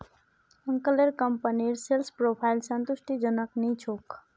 अंकलेर कंपनीर sales profile संतुष्टिजनक नी छोक